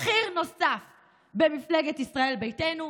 בכיר נוסף במפלגת ישראל ביתנו,